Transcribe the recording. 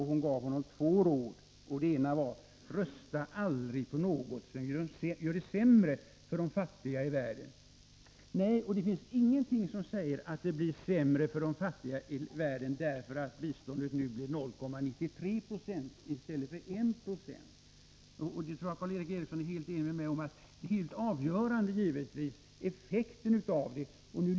Hon gav honom två råd, och det ena var: Rösta aldrig på något som gör det sämre för de fattiga i världen. Nej, men det finns ingenting som säger att det blir sämre för de fattiga i världen därför att biståndet nu blir 0,93 97 i stället för 1 96. Jag tror att Karl Erik Eriksson är helt enig med mig om att det avgörande givetvis är effekten.